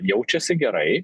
jaučiasi gerai